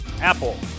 Apple